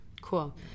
cool